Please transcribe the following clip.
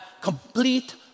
complete